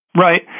Right